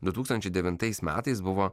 du tūkstančiai devintais metais buvo